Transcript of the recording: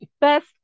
best